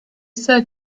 said